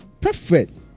perfect